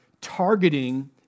targeting